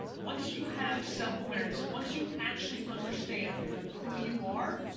once you have self-awareness, once you actually understand who you are,